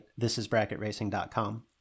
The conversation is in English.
thisisbracketracing.com